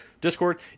Discord